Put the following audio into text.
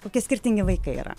kokie skirtingi vaikai yra